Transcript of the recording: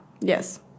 Yes